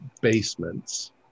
basements